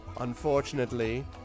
Unfortunately